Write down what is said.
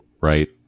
right